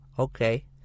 Okay